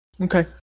Okay